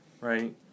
right